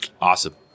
Awesome